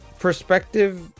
Perspective